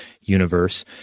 universe